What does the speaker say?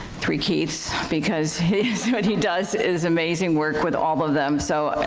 three keiths because what he does is amazing work with all of them, so,